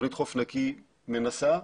תכנית "חוף נקי" מנסה,